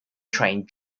trained